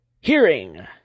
hearing